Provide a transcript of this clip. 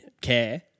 care